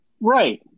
Right